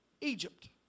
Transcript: Egypt